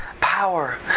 power